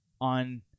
on